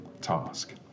task